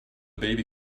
baby